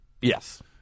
Yes